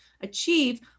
achieve